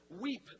weep